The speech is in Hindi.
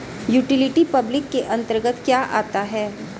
यूटिलिटी पब्लिक के अंतर्गत क्या आता है?